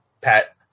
Pat